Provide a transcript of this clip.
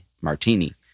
martini